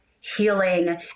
healing